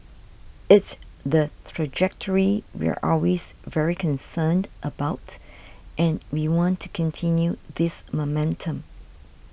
it's the trajectory we're always very concerned about and we want to continue this momentum